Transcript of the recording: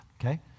okay